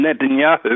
Netanyahu